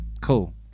Cool